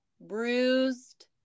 bruised